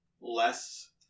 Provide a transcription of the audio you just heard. less